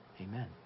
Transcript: Amen